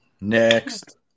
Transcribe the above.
Next